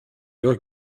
your